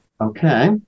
Okay